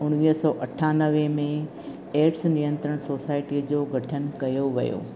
उणिवीह सौ अठानवे में एडस नियंत्रण सोसाइटीअ जो गठन कयो वियो